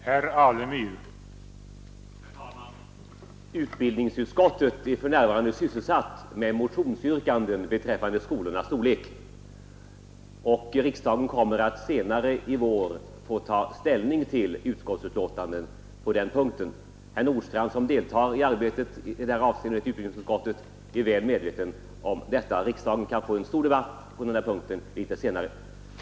Herr talman! Utbildningsutskottet är för närvarande sysselsatt med motionsyrkanden beträffande skolornas storlek. Riksdagen kommer att senare i vår få ta ställning till utskottsbetänkandet på den här punkten. Herr Nordstrandh, som deltar i arbetet i utbildningsutskottet, är väl medveten om detta. Riksdagen kan alltså få en stor debatt om detta senare.